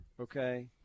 okay